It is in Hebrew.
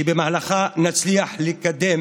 ובמהלכה נצליח לקדם